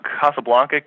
Casablanca